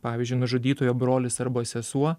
pavyzdžiui nužudytojo brolis arba sesuo